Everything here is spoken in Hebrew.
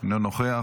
אינו נוכח,